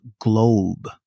globe